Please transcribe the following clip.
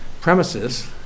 premises